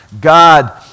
God